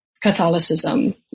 Catholicism